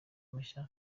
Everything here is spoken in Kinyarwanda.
mushya